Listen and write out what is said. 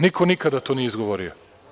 Niko nikada to nije izgovorio.